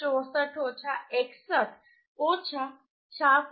64 ઓછા 61 ઓછા 66